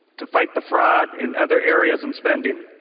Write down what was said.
to fight the fraud in other areas and spending.